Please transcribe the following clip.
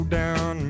down